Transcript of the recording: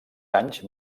anys